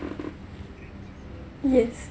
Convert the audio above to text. yes